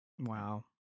Wow